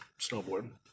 snowboard